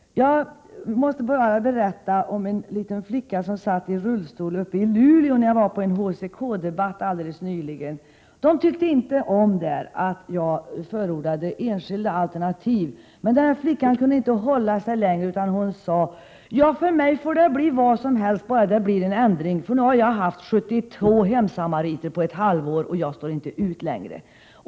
Jag måste berätta om en liten flicka som satt i rullstol och som jag träffade när jag var på en HCK-debatt uppe i Luleå alldeles nyligen. Där tyckte de inte om att jag förordade enskilda alternativ. Men den här flickan kunde till sist inte hålla sig utan sade: Ja, för mig får det bli vad som helst, bara det blir en ändring, för nu har jag haft 72 hemsamariter på ett halvår, och jag står inte ut längre!